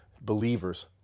believers